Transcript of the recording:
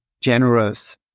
generous